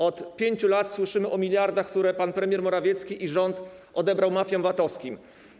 Od 5 lat słyszymy o miliardach, które pan premier Morawiecki i rząd odebrali mafiom VAT-owskim.